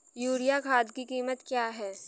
Urea खाद की कीमत क्या है?